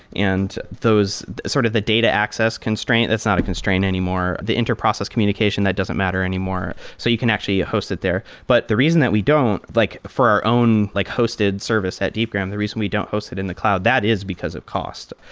and sort of the data access constraint, that's not a constraint anymore. the inter-process communication, that doesn't matter anymore. so you can actually host it there. but the reason that we don't, like for our own like hosted service at deepgram, the reason we don't host it in the cloud, that is because of cost,